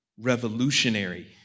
revolutionary